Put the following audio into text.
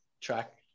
track